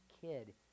kid